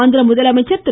ஆந்திர முதலமைச்சர் திரு